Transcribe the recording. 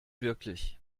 wirklich